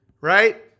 right